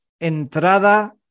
entrada